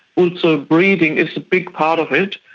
also breeding is a big part of it,